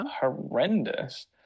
Horrendous